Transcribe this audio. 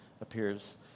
appears